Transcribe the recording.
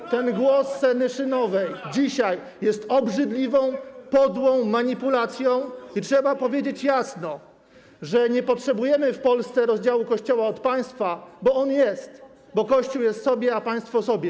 To, ten głos Senyszynowej dzisiaj jest obrzydliwą, podłą manipulacją i trzeba powiedzieć jasno, że nie potrzebujemy w Polsce rozdziału Kościoła od państwa, bo on jest, bo Kościół jest sobie, a państwo sobie.